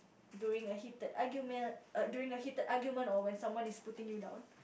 during a heated argument err during a heated argument or when someone is putting you down